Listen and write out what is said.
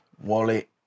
Wallet